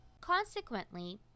Consequently